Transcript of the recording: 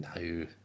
No